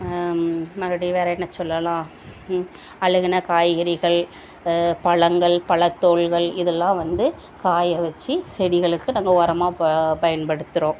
மறுபடி வேறு என்ன சொல்லலாம் அழுகுன காய்கறிகள் பழங்கள் பழத்தோல்கள் இதலாம் வந்து காயவச்சு செடிகளுக்கு நாங்கள் உரமாக ப பயன்படுத்துகிறோம்